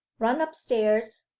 run upstairs,